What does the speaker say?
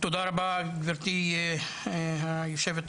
תודה רבה גברתי היו"ר,